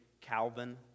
Calvin